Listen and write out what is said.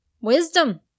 Wisdom